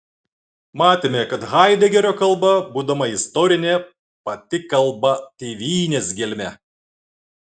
matėme kad haidegerio kalba būdama istorinė pati kalba tėvynės gelme